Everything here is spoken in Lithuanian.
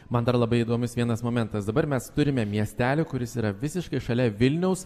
man dar labai įdomus vienas momentas dabar mes turime miestelį kuris yra visiškai šalia vilniaus